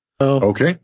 Okay